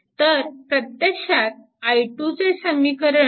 तर प्रत्यक्षात i2 चे समीकरण